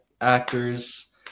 actors